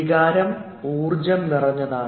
വികാരം ഊർജ്ജം നിറഞ്ഞതാണ്